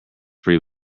free